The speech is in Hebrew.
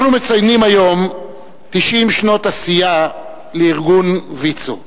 אנחנו מציינים היום 90 שנות עשייה של ארגון ויצו.